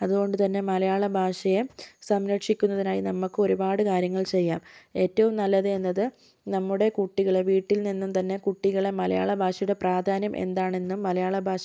അതുകൊണ്ട് തന്നെ മലയാളഭാഷയെ സംരക്ഷിക്കുന്നതിനായി നമുക്ക് ഒരുപാട് കാര്യങ്ങള് ചെയ്യാം ഏറ്റവും നല്ലത് എന്നത് നമ്മുടെ കുട്ടികളെ വീട്ടില് നിന്നും തന്നെ കുട്ടികളെ മലയാളഭാഷയുടെ പ്രാധാന്യം എന്താണെന്നും മലയാള ഭാഷയുടെ